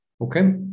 Okay